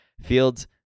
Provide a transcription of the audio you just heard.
Fields